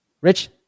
Rich